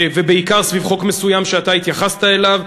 ובעיקר סביב חוק מסוים שאתה התייחסת אליו,